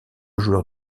joueur